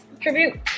tribute